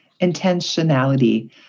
intentionality